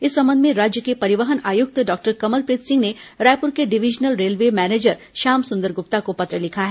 इस संबंध में राज्य के परिवहन आयुक्त डॉक्टर कमलप्रीत सिंह ने रायपुर के divisional railway manager Shyam Sundar Gupta को पत्र लिखा है